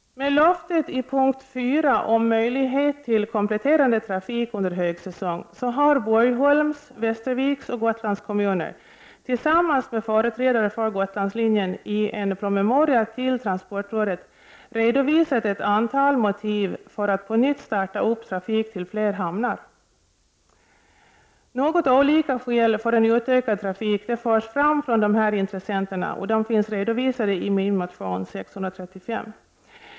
Med löftet i punkt 4 om möjlighet till kompletterande trafik under högsäsong har Borgholms, Västerviks och Gotlands kommuner tillsammans med företrädare för Gotlandslinjen i en promemoria till transportrådet redovisat ett antal motiv för att på nytt starta trafik till fler hamnar. Något olika skäl för en utökad trafik förs fram från dessa intressenter, och de finns redovisade i min motion 635.